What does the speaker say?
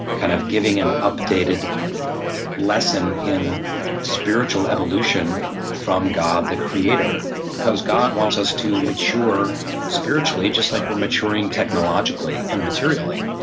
kind of giving an updated lesson in spiritual evolution from god the creator because god wants us to mature spiritually, just like we're maturing technologically and materially.